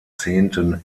zehnten